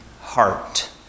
heart